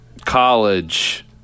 College